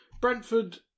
Brentford